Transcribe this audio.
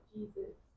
Jesus